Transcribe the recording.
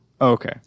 Okay